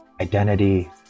identity